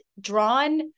drawn